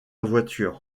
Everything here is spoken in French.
voiture